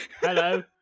Hello